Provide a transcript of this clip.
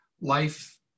life